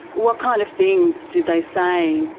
what kind of things did they say?